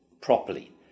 properly